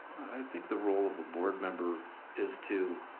i think the role of a board member is to